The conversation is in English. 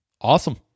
Awesome